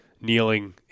kneeling